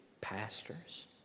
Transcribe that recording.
pastors